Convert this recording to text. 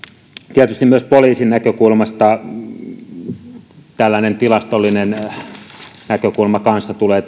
tietysti myös poliisin näkökulmasta tällainen tilastollinen näkökulma kanssa tulee